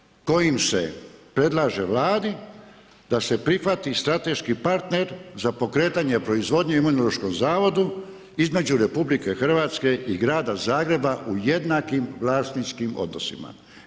Prijedlog kojim se predlaže Vladi da se prihvati strateški partner za pokretanje proizvodnje Imunološkog zavoda između RH i grada Zagreba u jednakim vlasničkim odnosima.